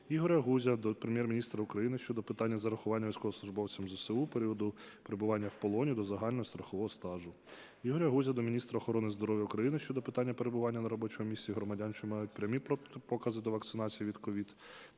Ігоря Гузя до Прем'єр-міністра України щодо питання зарахування військовослужбовцям ЗСУ періоду перебування в полоні до загального і страхового стажу. Ігоря Гузя до міністра охорони здоров'я України щодо питання перебування на робочому місці громадян, що мають прямі протипокази до вакцинації від COVID-19,